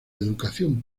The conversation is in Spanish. educación